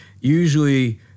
usually